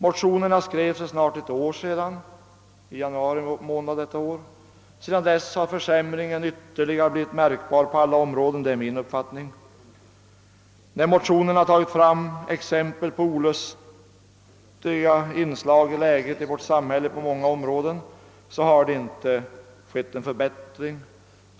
Motionerna skrevs för snart ett år sedan; de avlämnades i januari månad. Sedan dess har försämringen på de områden, som motionerna pekar på, blivit än mer märk bar — det är min uppfattning. Motionärerna har dragit fram exempel på många olustiga inslag i vårt samhälle och det har sannerligen inte i dessa avseenden skett någon förbättring.